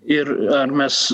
ir ar mes